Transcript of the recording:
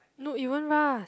no it won't rust